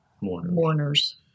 mourners